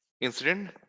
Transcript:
incident